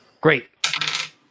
Great